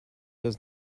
does